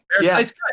Parasite's